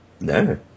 No